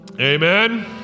Amen